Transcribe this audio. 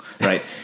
right